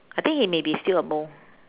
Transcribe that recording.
I think he maybe still a mole